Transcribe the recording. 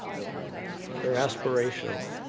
you know they are aspirational.